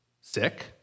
sick